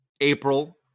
April